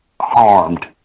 harmed